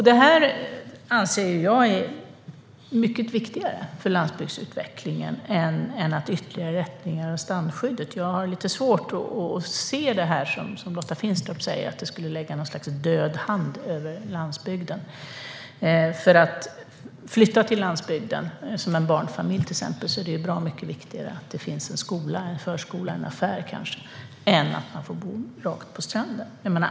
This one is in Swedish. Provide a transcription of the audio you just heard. Detta anser jag är mycket viktigare för landsbygdsutvecklingen än ytterligare lättnader i strandskyddet. Jag har lite svårt att se att det här skulle lägga något slags död hand över landsbygden, som Lotta Finstorp säger. För till exempel en barnfamilj som flyttar till landsbygden är det bra mycket viktigare att det finns en skola, en förskola och kanske en affär än att man får bo precis vid stranden.